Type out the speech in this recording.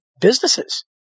businesses